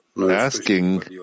asking